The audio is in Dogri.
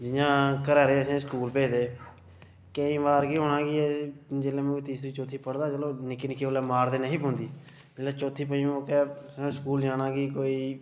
जि'यां घरा आह्लें असें ई स्कूल भेजदे हे केईं बार केह् होना कि जिसलै में तीसरी चौथी पढ़दा हा चलो निक्के निक्के उसलै मार ते नेहा पौंदी जिसलै चौथी पञमीं मौकै स्कूल जाना कि कोई